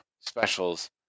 specials